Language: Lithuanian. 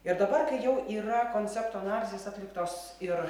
ir dabar kai jau yra koncepto analizės atliktos ir